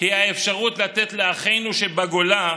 היא האפשרות לתת לאחינו שבגולה,